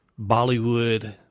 Bollywood